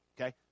Okay